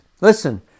Listen